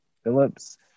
Phillips